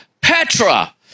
Petra